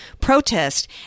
protest